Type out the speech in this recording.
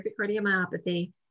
cardiomyopathy